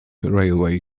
railway